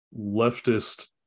leftist